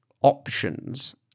options